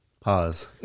Pause